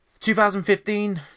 2015